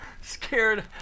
Scared